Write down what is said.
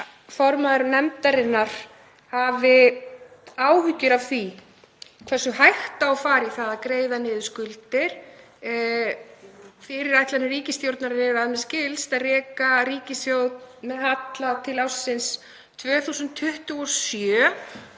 formaður nefndarinnar áhyggjur af því hversu hægt á að fara í það að greiða niður skuldir? Fyrirætlanir ríkisstjórnarinnar eru, að mér skilst, að reka ríkissjóð með halla til ársins 2027.